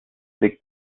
legt